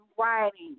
writing